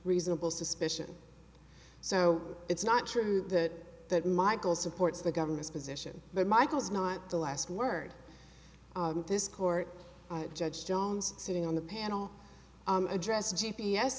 reasonable suspicion so it's not true that that michael supports the government's position but michael's not the last word this court judge jones sitting on the panel address g